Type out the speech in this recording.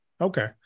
okay